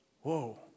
Whoa